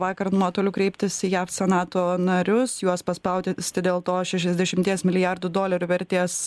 vakar nuotolių kreiptis į jav senato narius juos paspausti dėlto šešiasdešimties milijardų dolerių vertės